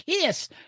Kiss